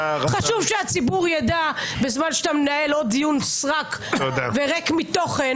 חשוב שהציבור יידע בזמן שאתה מנהל עוד דיון סרק וריק מתוכן.